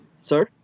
sir